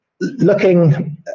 Looking